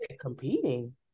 competing